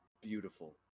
beautiful